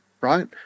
right